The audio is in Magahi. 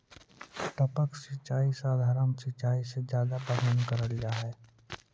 टपक सिंचाई सधारण सिंचाई से जादा पसंद करल जा हे